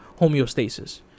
homeostasis